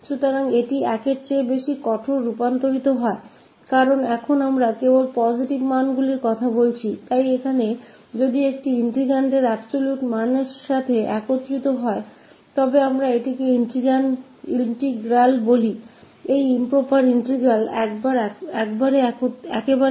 इसलिए यदि यह converge करता है जो इस से अधिक कठोर है क्योंकि अब हम केवल positive मूल्यों के बारे में बात कर रहे हैं तो यहां यदि यह absolute मूल्य के साथ integrand करता है तो हम कहते हैं कि यह integral यह इम्प्रॉपर इंटीग्रल improper integral पूर्ण रूप से converge करता है